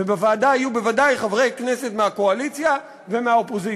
ובוועדה יהיו בוודאי חברי כנסת מהקואליציה ומהאופוזיציה.